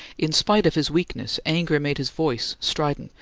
in spite of his weakness, anger made his voice strident,